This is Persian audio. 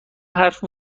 حرف